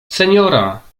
seniora